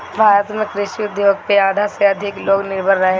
भारत में कृषि उद्योग पे आधा से अधिक लोग निर्भर करेला